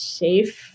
safe